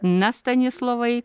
na stanislovai